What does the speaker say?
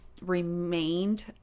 remained